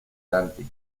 dante